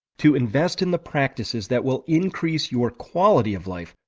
to invest in the practices that will increase your quality of life,